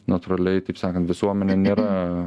natūraliai taip sakant visuomenė nėra